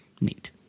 Neat